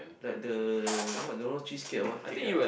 like the what don't know cheese cake or what cake ah